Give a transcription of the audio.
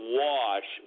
wash